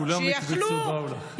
כולן הוקפצו ובאו לך.